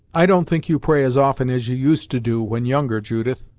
i don't think you pray as often as you used to do, when younger, judith!